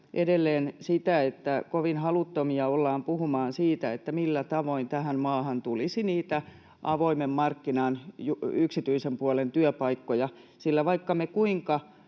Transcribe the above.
edelleen sitä, että kovin haluttomia ollaan puhumaan siitä, millä tavoin tähän maahan tulisi niitä avoimen markkinan, yksityisen puolen, työpaikkoja. Vaikka me kuinka